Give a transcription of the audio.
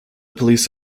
police